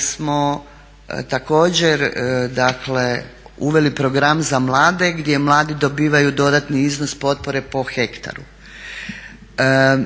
smo također dakle uveli program za mlade gdje mladi dobivaju dodatni iznos potpore po hektaru.